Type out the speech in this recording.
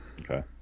Okay